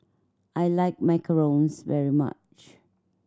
I like macarons very much